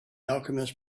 alchemist